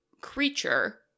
creature